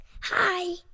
Hi